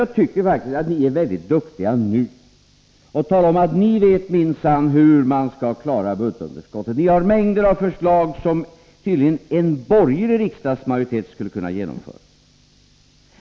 Jag tycker faktiskt att ni nu är väldigt duktiga på att tala om att ni minsann vet hur man skall klara budgetunderskottet. Ni har mängder av förslag som en borgerlig riksdagsmajoritet tydligen skulle kunna genomföra.